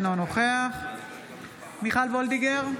אינו נוכח מיכל מרים וולדיגר,